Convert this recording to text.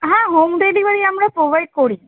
হ্যাঁ home delivery আমরা provide করি